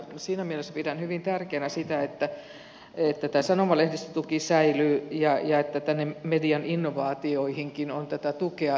siinä mielessä pidän hyvin tärkeänä sitä että sanomalehdistötuki säilyy ja että median innovaatioihinkin on tätä tukea tulossa